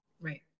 right